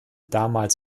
damals